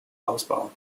ausbau